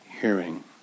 hearing